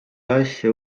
asja